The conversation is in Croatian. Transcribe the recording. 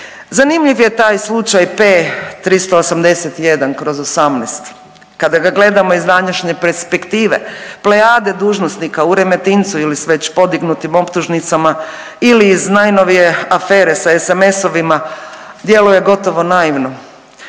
Zanimljiv je taj slučaj P-381/18, kada ga gledamo iz današnje perspektive plejade dužnosnika u Remetincu ili s već podignutim optužnicama ili iz najnovije afere s SMS-ovima djeluje gotovo naivno,